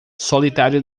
solitário